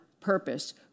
purpose